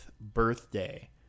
birthday